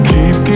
Keep